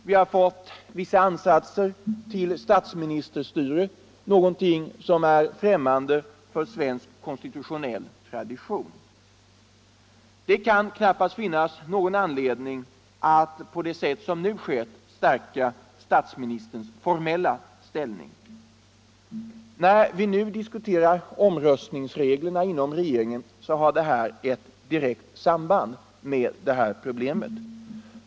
Vi har fått vissa ansatser till statsministerstyre, någonting som är främmande för svensk konstitutionell tradition. Det kan knappast finnas någon anledning att på det sätt som nu skett stärka statsministerns formella ställning. När vi nu diskuterar omröstningsreglerna inom regeringen har den frågan ett direkt samband med det här problemet.